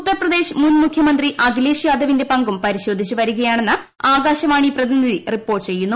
ഉത്തർപ്രദേശ് മുൻ മുഖ്യമന്ത്രി അഖിലേഷ് യാദവിന്റെ പങ്കും പരിശോധിച്ചു വരികയാണെന്ന് ആകാശവാണി പ്രതിനിധി റിപ്പോർട്ട് ചെയ്യുന്നു